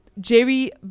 Jerry